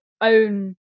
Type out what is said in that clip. own